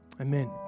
Amen